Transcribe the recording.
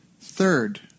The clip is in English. Third